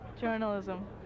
Journalism